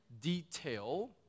detail